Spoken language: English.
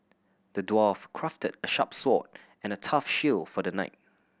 the dwarf crafted a sharp sword and a tough shield for the knight